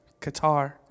Qatar